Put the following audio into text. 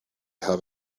have